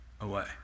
away